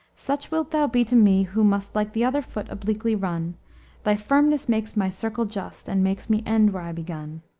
such wilt thou be to me, who must, like the other foot obliquely run thy firmness makes my circle just, and makes me end where i begun.